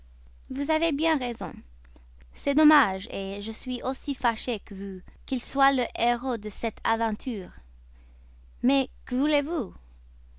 vous avez bien raison c'est dommage je suis aussi fâchée que vous qu'il soit le héros de cette aventure mais que voulez-vous